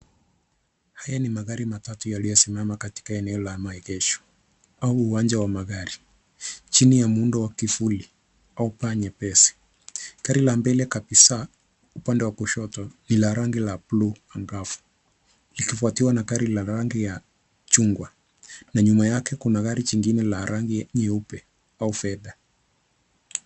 Haya ni magari matatu yaliyosimama katika eneo la maegesho au uwanja wa magari. Chini ya muundo wa kivuii au paa nyepesi. Gari la mbele kabisa, upande wa kushoto ni la rangi la blue angavu. Likifuatiwa na gari la rangi ya chungwa, na nyuma yake kuna gari jingine la rangi nyeupe au fedha.